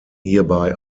hierbei